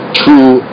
true